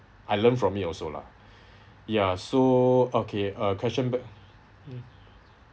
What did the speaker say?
I learned from it also lah ya so okay uh question back mm